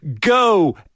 Go